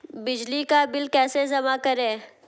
बिजली का बिल कैसे जमा करें?